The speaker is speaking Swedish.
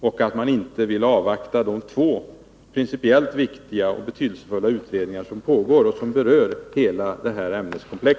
Varför ville man inte avvakta de två principiellt viktiga och betydelsefulla utredningar som pågår och som berör hela detta ämneskomplex?